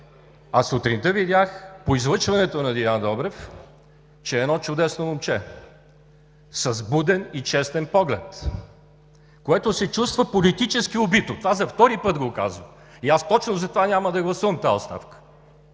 Сутринта по излъчването на Делян Добрев видях, че е едно чудесно момче, с буден и честен поглед, което се чувства политически убито. Това за втори път го казвам. И точно затова няма да гласувам тази оставка.